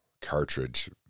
cartridge